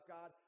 God